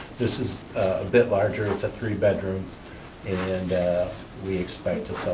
this is a bit larger. it's a three bedroom and we expect to so